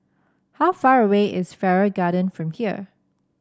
how far away is Farrer Garden from here